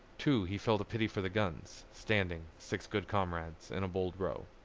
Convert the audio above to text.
too, he felt a pity for the guns, standing, six good comrades, in a bold row.